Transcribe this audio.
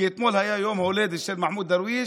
כי אתמול היה יום ההולדת של מחמוד דרוויש.